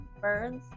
birds